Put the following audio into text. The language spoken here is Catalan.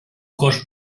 cos